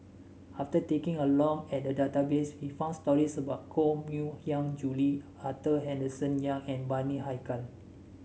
after taking a long at the database we found stories about Koh Mui Hiang Julie Arthur Henderson Young and Bani Haykal